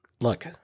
look